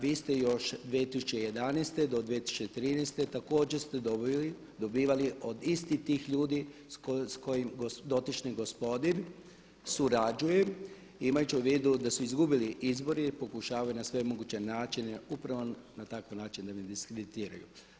Vi ste još 2011. do 2013. također ste dobivali od istih tih ljudi s kojim dotični gospodin surađuje imajući u vidu da su izgubili izbore pokušavaju na sve moguće načine upravo na takav način da me diskreditiraju.